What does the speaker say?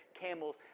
camels